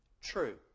True